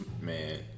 man